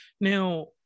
now